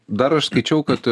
dar aš skaičiau kad